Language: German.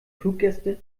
fluggäste